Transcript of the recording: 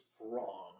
wrong